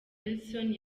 wilson